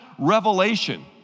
Revelation